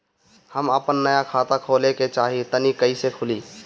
हम आपन नया खाता खोले के चाह तानि कइसे खुलि?